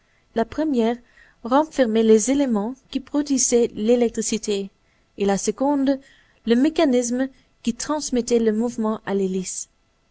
la première renfermait les éléments qui produisaient l'électricité et la seconde le mécanisme qui transmettait le mouvement à l'hélice